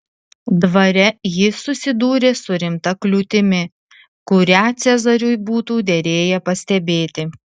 dvare ji susidūrė su rimta kliūtimi kurią cezariui būtų derėję pastebėti